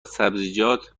سبزیجات